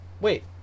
wait